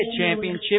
championship